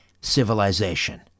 civilization